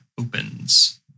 opens